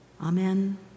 Amen